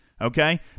Okay